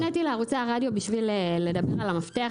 אני הפניתי לערוצי הרדיו בשביל לדבר על המפתח.